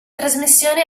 trasmissione